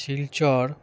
Silchar